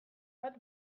bat